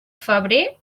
febrer